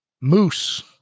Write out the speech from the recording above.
Moose